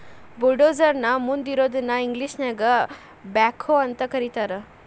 bulldozer ನ ಮುಂದ್ ಇರೋದನ್ನ ಇಂಗ್ಲೇಷನ್ಯಾಗ ಬ್ಯಾಕ್ಹೊ ಅಂತ ಕರಿತಾರ್